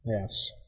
yes